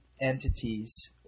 entities